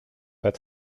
pas